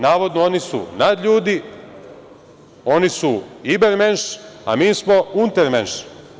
Navodno oni su nadljudi, oni su ibermenš a mi smo untermenš.